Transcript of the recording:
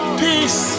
peace